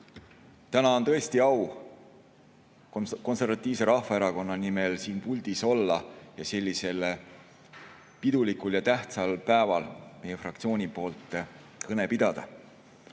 Täna on tõesti au Eesti Konservatiivse Rahvaerakonna nimel siin puldis olla ning sellisel pidulikul ja tähtsal päeval meie fraktsiooni nimel kõne